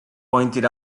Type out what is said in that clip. pointed